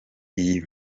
iyi